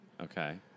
Okay